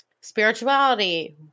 spirituality